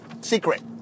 secret